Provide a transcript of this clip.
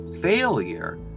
failure